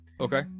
Okay